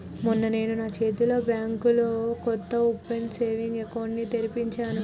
మొన్న నేను నా చెల్లితో బ్యాంకులో కొత్త ఉమెన్స్ సేవింగ్స్ అకౌంట్ ని తెరిపించాను